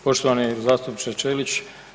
Poštovani zastupniče Ćelić.